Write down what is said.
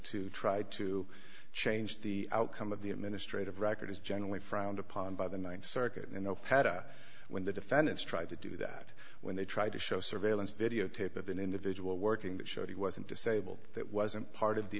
to try to change the outcome of the administrative record is generally frowned upon by the ninth circuit and no patta when the defendants tried to do that when they tried to show surveillance videotape of an individual working that showed he wasn't disabled that wasn't part of the